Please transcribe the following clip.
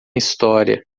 história